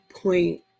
point